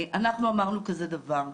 אנחנו אמרנו כזה דבר,